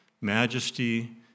Majesty